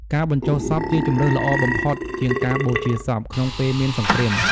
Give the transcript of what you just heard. ការបញ្ចុះសពជាជម្រើសល្អបំផុតជាងការបូជាសព ក្នុងពេលមានសង្គ្រាម។